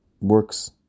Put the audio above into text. works